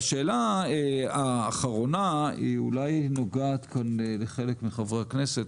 השאלה האחרונה היא אולי נוגעת כאן לחלק מחברי הכנסת,